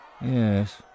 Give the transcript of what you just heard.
Yes